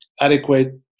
adequate